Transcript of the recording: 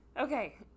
Okay